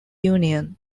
union